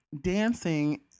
dancing